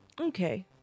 Okay